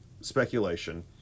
speculation